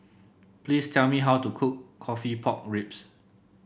please tell me how to cook coffee Pork Ribs